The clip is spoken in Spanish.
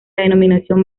denominación